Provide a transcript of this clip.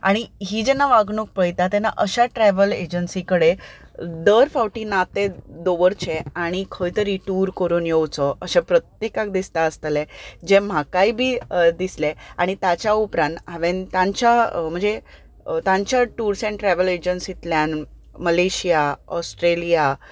आनी ही जेन्ना वागणूक पळयता तेन्ना अश्या ट्रेवल एजंसी कडेन दर फावटी नातें दवरचें आनी खंय तरी टूर करून येवचो अशें प्रत्येकाक दिसता आसतलें जें म्हाकाय बी दिसलें आनी ताच्या उपरांत हांवें तांच्या म्हणजे तांच्या टुर्स एण्ड ट्रेवल एजंसींतल्यान मलेशीया ओस्ट्रेलिया